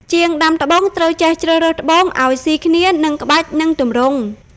ជាងដាំត្បូងត្រូវចេះជ្រើសរើសត្បូងឲ្យស៊ីគ្នានឹងក្បាច់ និងទម្រង់។